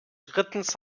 drittens